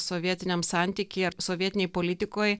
sovietiniam santykyje ar sovietinėj politikoj